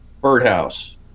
birdhouse